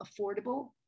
affordable